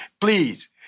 please